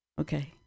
okay